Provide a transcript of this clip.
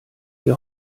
ihr